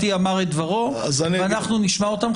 הייעוץ המשפטי אמר את דברו, ואנחנו נשמע אותם.